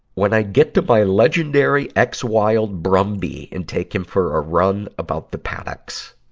when i get to my legendary x wild brumby and take him for a run about the paddocks,